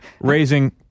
raising